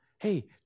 hey